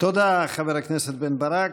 תודה, חבר הכנסת בן ברק.